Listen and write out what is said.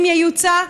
אם ייוצא,